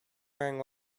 wearing